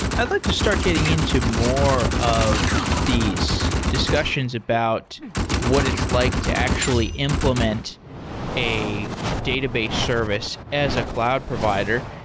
i'd like to start getting into more of these discussions about what it's like to actually implement a database service as a cloud provider.